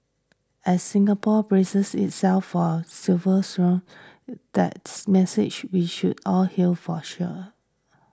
as Singapore braces itself for silver surge that's message we should all heed for sure